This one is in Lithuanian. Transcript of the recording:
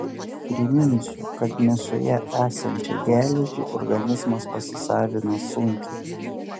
priminsiu kad mėsoje esančią geležį organizmas pasisavina sunkiai